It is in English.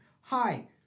hi